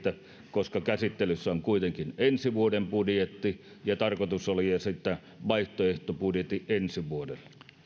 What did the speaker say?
koska käsittelyssä on kuitenkin ensi vuoden budjetti ja tarkoitus oli esittää vaihtoehtobudjetti ensi vuodelle